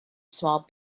small